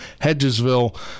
Hedgesville